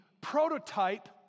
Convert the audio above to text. prototype